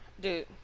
Dude